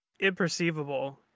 imperceivable